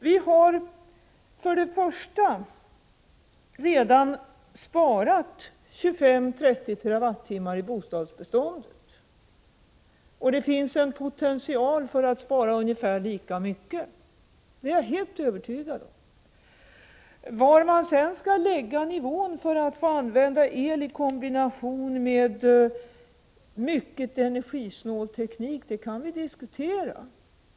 Vi har redan sparat 25-30 TWh i bostadsbeståndet, och det finns en potential för att spara ungefär lika mycket till. Det är jag helt övertygad om. Var man sedan skall lägga nivån för att få använda el i kombination med mycket energisnål teknik kan vi diskutera.